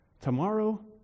tomorrow